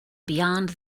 beyond